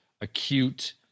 acute